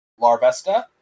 Larvesta